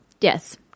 yes